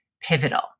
pivotal